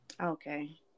Okay